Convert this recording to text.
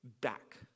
back